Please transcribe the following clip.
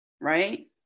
right